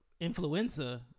influenza